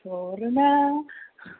ചോറിന്